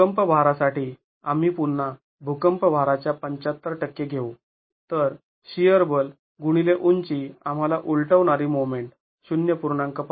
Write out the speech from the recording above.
भूकंप भारासाठी आम्ही पुन्हा भूकंप भाराच्या ७५ टक्के घेऊ तर शिअर बल गुणिले उंची आम्हाला उलटवणारी मोमेंट ०